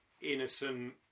innocent